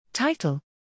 Title